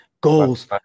goals